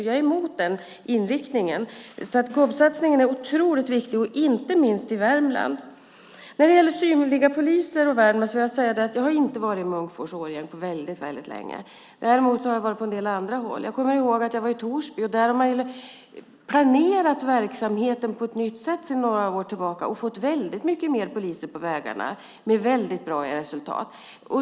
Jag är emot den inriktningen. GOB-satsningen är viktig, inte minst i Värmland. När det gäller synliga poliser och Värmland kan jag säga att jag inte har varit i Munkfors och Årjäng på mycket länge. Däremot har jag varit på en del andra håll, till exempel i Torsby. Där har man planerat verksamheten på ett nytt sätt sedan några år tillbaka och fått många fler poliser på vägarna med mycket bra resultat.